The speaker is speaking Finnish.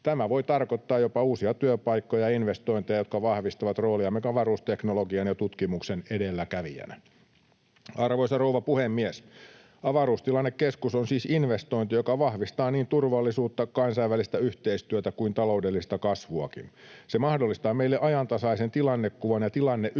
Tämä voi tarkoittaa jopa uusia työpaikkoja ja investointeja, jotka vahvistavat rooliamme avaruusteknologian ja ‑tutkimuksen edelläkävijänä. Arvoisa rouva puhemies! Avaruustilannekeskus on siis investointi, joka vahvistaa niin turvallisuutta, kansainvälistä yhteistyötä kuin taloudellista kasvuakin. Se mahdollistaa meille ajantasaisen tilannekuvan ja tilanneymmärryksen